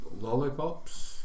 lollipops